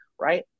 right